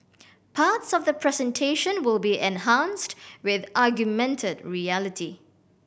parts of the presentation will be enhanced with augmented reality